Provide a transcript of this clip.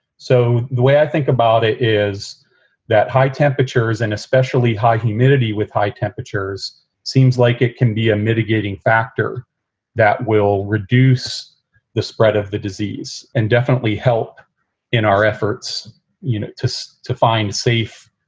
so the way i think about it is that high temperatures and especially high humidity with high temperatures seems like it can be a mitigating factor that will reduce the spread of the disease and definitely help in our efforts you know to so to find safe.